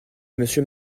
monsieur